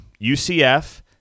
UCF